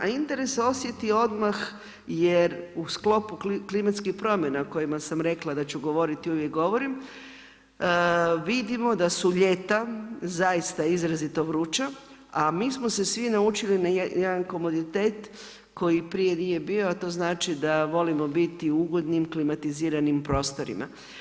A interes se osjeti odmah jer u sklopu klimatskih promjena o kojima sam rekla da ću govoriti i uvijek govorim vidimo da su ljeta zaista izrazito vruća a mi smo se svi naučili na jedan komoditet koji prije nije bio a to znači da volimo biti u ugodnim klimatiziranim prostorima.